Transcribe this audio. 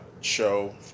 show